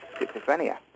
schizophrenia